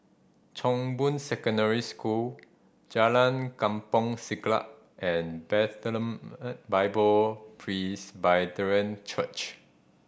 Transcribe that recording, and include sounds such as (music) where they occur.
Chong Boon Secondary School Jalan Kampong Siglap and Bethlehem (hesitation) Bible Presbyterian Church